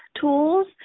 tools